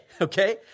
okay